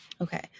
Okay